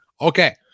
Okay